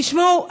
תשמעו,